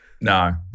No